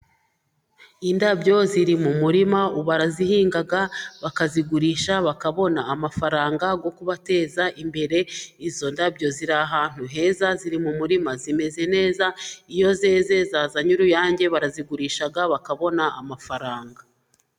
Indabo ziri mu murima barazihinga bakazigurisha bakabona amafaranga yo kubateza imbere, izo ndabo ziri ahantu heza ziri mu murima zimeze neza, iyo zeze zazanye uruyange barazigurisha bakabona amafaranga.